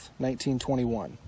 1921